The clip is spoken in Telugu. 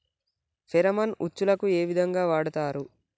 ఫెరామన్ ఉచ్చులకు ఏ విధంగా వాడుతరు?